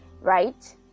right